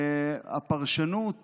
והפרשנות